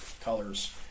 colors